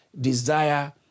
desire